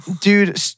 Dude